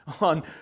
On